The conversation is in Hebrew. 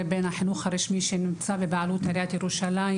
בין החינוך הרשמי שנמצא בבעלות עיריית ירושלים,